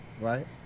right